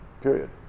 Period